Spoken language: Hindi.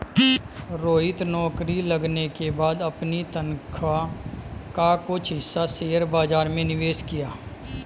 रोहित नौकरी लगने के बाद अपनी तनख्वाह का कुछ हिस्सा शेयर बाजार में निवेश किया